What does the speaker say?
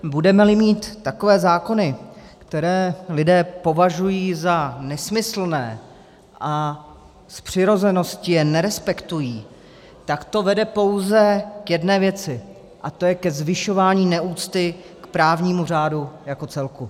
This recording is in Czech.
Budemeli mít takové zákony, které lidé považují za nesmyslné a z přirozenosti je nerespektují, tak to vede pouze k jedné věci, a to ke zvyšování neúcty k právnímu řádu jako celku.